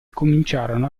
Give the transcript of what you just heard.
cominciarono